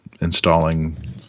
installing